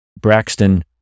Braxton